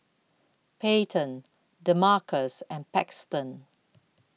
Payton Demarcus and Paxton